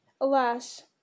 Alas